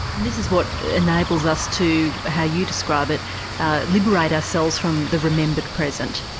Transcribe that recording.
and this is what enables us to how you describe it liberate ourselves from the remembered present.